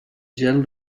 gel